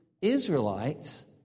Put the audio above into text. Israelites